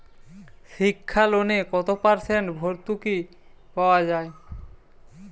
শিক্ষা লোনে কত পার্সেন্ট ভূর্তুকি পাওয়া য়ায়?